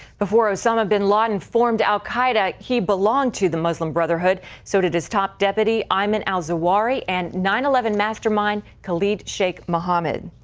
before osama bin laden formed al qaeda, he belonged to the muslim brotherhood, so did his top deputy ayman and al-zawahri and nine eleven mastermind khalid sheikh mohammed.